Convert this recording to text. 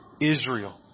Israel